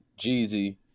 Jeezy